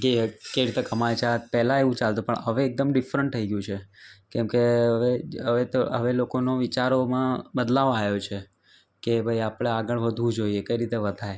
કે કેવી રીતે કમાય છે પહેલાં એવું ચાલતું હતું પણ હવે એક્દમ ડિફરન્ટ થઈ ગયું છે કેમ કે હવે હવે તો હવે લોકોના વિચારોમાં બદલાવ આવ્યો છે કે ભાઈ આપણે આગળ વધવું જોઈએ કઈ રીતે વધાય